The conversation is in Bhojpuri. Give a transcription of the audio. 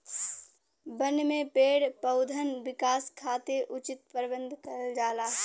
बन में पेड़ पउधन विकास खातिर उचित प्रबंध करल जाला